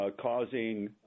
causing